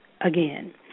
again